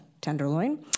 Tenderloin